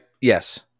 yes